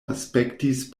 aspektis